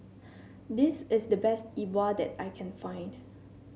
this is the best Yi Bua that I can find